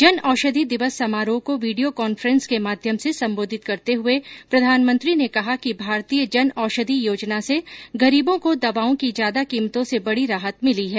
जन औषधि दिवस समारोह को वीडियो कांफ्रेंस के माध्यम से संबोधित करते हुए प्रधानमंत्री ने कहा कि भारतीय जन औषधि योजना से गरीबों को दवाओं की ज्यादा कीमतों से बडी राहत मिली है